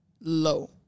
low